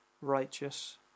righteous